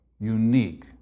unique